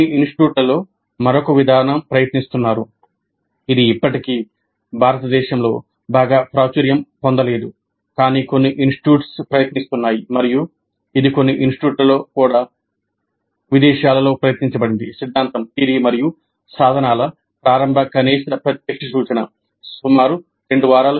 కొన్ని ఇన్స్టిట్యూట్లలో మరొక విధానం ప్రయత్నిస్తున్నారు ఇది ఇప్పటికీ భారతదేశంలో బాగా ప్రాచుర్యం పొందలేదు కానీ కొన్ని ఇన్స్టిట్యూట్స్ ప్రయత్నిస్తున్నాయి మరియు ఇది కొన్ని ఇన్స్టిట్యూట్లలో కూడా విదేశాలలో ప్రయత్నించబడింది సిద్ధాంతం మరియు సాధనాల ప్రారంభ కనీస ప్రత్యక్ష సూచన సుమారు 2 వారాలు